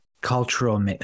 cultural